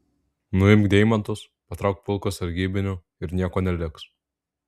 nuimk deimantus patrauk pulką sargybinių ir nieko neliks